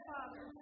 Father